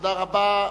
תודה רבה.